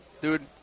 dude